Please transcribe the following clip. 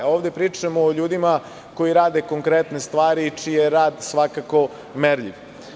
A ovde pričamo o ljudima koji rade konkretne stvari, čiji je rad svakako merljiv.